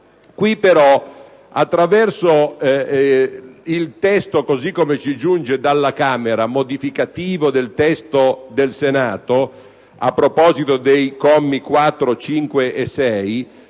Qui però, attraverso il testo che giunge dalla Camera, modificativo del testo del Senato a proposito dei commi 4, 5 e 6,